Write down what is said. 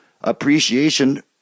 appreciation